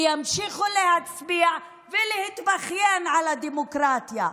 וימשיכו להצביע ולהתבכיין על הדמוקרטיה.